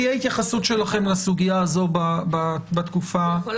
תהיה התייחסות שלכם לסוגיה הזו בתקופה הקרובה.